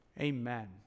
Amen